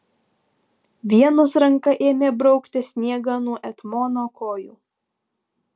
vienas ranka ėmė braukti sniegą nuo etmono kojų